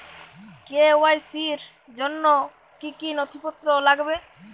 KYC র জন্য কি কি নথিপত্র লাগবে?